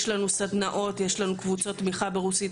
יש לנו סדנאות וקבוצות תמיכה ברוסית,